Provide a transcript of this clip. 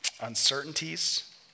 uncertainties